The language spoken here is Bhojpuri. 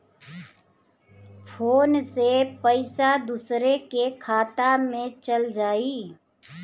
फ़ोन से पईसा दूसरे के खाता में चल जाई?